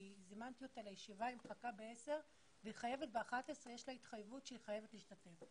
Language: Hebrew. בשעה 11:00 יש לה התחייבות נוספת.